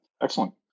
excellent